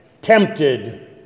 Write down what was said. tempted